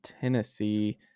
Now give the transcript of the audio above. tennessee